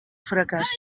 fracàs